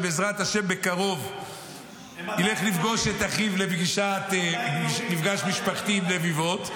שבעזרת השם בקרוב ילך לפגוש את אחיו למפגש משפחתי עם לביבות,